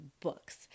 books